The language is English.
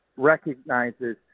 recognizes